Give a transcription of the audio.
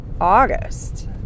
August